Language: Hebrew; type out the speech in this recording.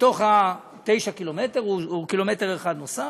בתוך תשעת הקילומטרים, הוא קילומטר אחד נוסף.